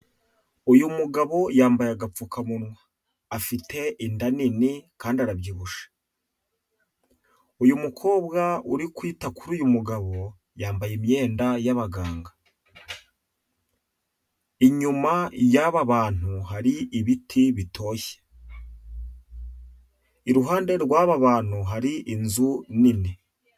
Uyu mugabo yambaye agapfukamunwa, afite inda nini kandi arabyibushye. Uyu mukobwa uri kwita kuri uyu mugabo yambaye imyenda y'abaganga, inyuma y'aba bantu hari ibiti bitoshye. Iruhande rw'aba bantu hari inzu nini.